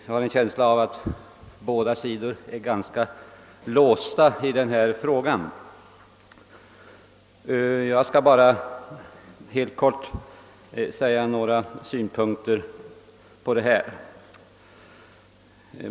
Jag har en känsla av att båda sidor är ganska låsta i denna fråga och skall därför bara helt kort anföra några synpunkter på den.